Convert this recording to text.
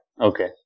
Okay